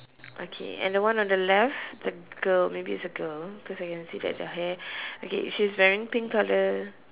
okay and the one on the left the girl maybe it's a girl because I can see that the hair okay she's wearing pink color